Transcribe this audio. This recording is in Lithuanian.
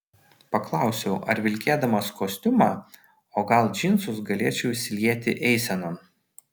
paklausiau ar vilkėdamas kostiumą o gal džinsus galėčiau įsilieti eisenon